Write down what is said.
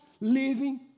living